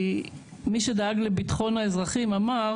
כי מי שדאג לביטחון האזרחים אמר